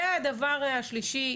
דבר שלישי,